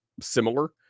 similar